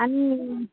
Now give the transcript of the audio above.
আমি